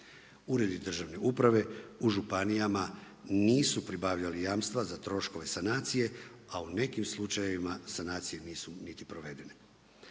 Uredi državne uprave u županijama nisu pribavljali jamstva za troškove sanacije, a u nekim slučajevima sanacije nisu niti provedene.